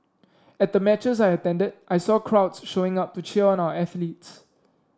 at the matches I attended I saw crowds showing up to cheer on our athletes